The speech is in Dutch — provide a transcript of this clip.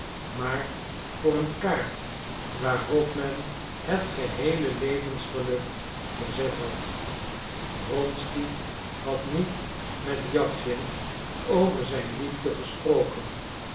maar voor een kaart waarop men het geheele levensgeluk gezet had wronsky had niet met jawschin over zijn liefde gesproken